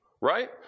Right